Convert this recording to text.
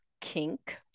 kink